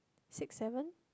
six seven